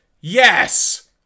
yes